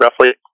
roughly